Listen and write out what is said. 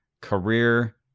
career